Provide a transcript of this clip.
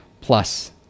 plus